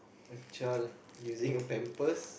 a child using a pampers